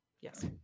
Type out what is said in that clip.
Yes